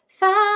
five